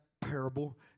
parable